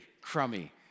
crummy